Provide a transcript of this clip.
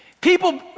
People